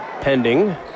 pending